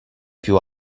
più